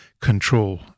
control